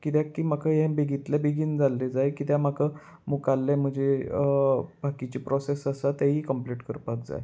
कित्याक की म्हाका हें बेगीतलें बेगीन जाल्लें जाय कित्याक म्हाका मुखाल्ले म्हजे बाकीचे प्रोसेस आसा तेय कंप्लीट करपाक जाय